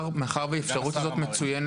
למה אתם לא מפרסמים את הקול קורא?